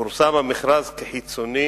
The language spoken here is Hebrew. פורסם המכרז כחיצוני